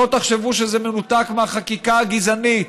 שלא תחשבו שזה מנותק מהחקיקה הגזענית.